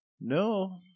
no